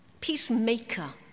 Peacemaker